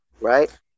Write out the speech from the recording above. right